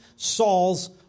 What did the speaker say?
Saul's